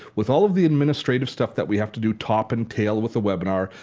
with all of the administrative stuff that we have to do, top and tail, with a webinar,